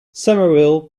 somerville